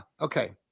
okay